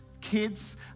kids